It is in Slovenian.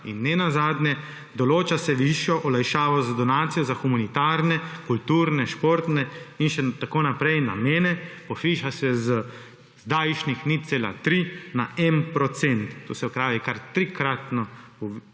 in nenazadnje – določa se višja olajšava za donacijo za humanitarne, kulturne, športne in še tako naprej namene, poviša se z zdajšnjih 0,3 na en procent. To se pravi kar trikratno